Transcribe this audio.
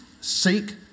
seek